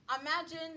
Imagine